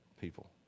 people